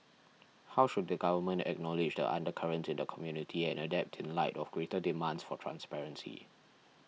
how should the government acknowledge the undercurrents in the community and adapt in light of greater demands for transparency